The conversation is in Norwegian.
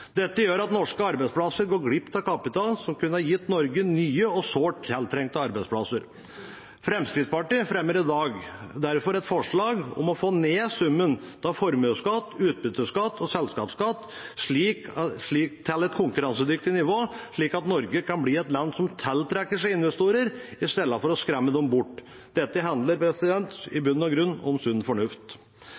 Dette gjør at norske arbeidsplasser går glipp av kapital som kunne gitt Norge nye og sårt tiltrengte arbeidsplasser. Fremskrittspartiet fremmer i dag derfor et forslag om å få ned summen av formuesskatt, utbytteskatt og selskapsskatt til et konkurransedyktig nivå, slik at Norge kan bli et land som tiltrekker seg investorer i stedet for å skremme dem bort. Dette handler i bunn og grunn om sunn fornuft.